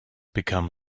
become